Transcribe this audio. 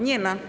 Nie ma.